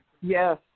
Yes